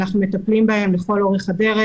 אנחנו מטפלים בהן לכל אורך הדרך.